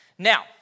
Now